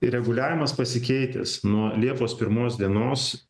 reguliavimas pasikeitęs nuo liepos pirmos dienos